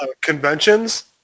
conventions